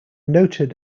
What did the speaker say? noted